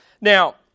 Now